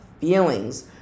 feelings